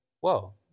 Whoa